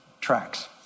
tracks